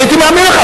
אני הייתי מאמין לך.